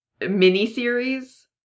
mini-series